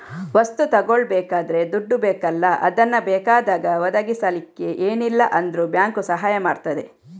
ವಸ್ತು ತಗೊಳ್ಬೇಕಾದ್ರೆ ದುಡ್ಡು ಬೇಕಲ್ಲ ಅದನ್ನ ಬೇಕಾದಾಗ ಒದಗಿಸಲಿಕ್ಕೆ ಏನಿಲ್ಲ ಅಂದ್ರೂ ಬ್ಯಾಂಕು ಸಹಾಯ ಮಾಡ್ತದೆ